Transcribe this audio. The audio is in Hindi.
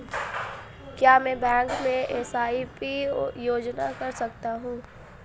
क्या मैं बैंक में एस.आई.पी योजना कर सकता हूँ?